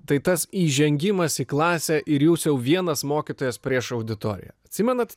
tai tas įžengimas į klasę ir jūs jau vienas mokytojas prieš auditoriją atsimenat